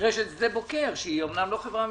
מדרשת שדה בוקר, שהיא אמנם לא חברה ממשלתית,